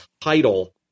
title